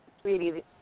sweetie